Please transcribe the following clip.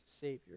Savior